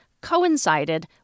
coincided